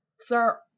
Sir